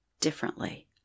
differently